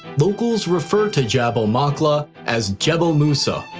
locals refer to jabal maqla as jebel musa,